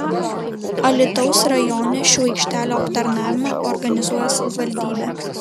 alytaus rajone šių aikštelių aptarnavimą organizuoja savivaldybė